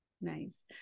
Nice